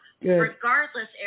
Regardless